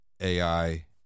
AI